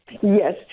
Yes